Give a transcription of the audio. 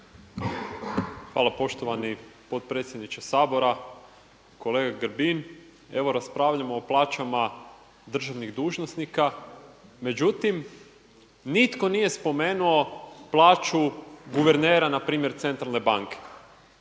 Hvala poštovani potpredsjedniče Sabora, kolega Grbin. Evo raspravljamo o plaćama državnih dužnosnika, međutim nitko nije spomenuo plaću guvernera na primjer Centralne banke.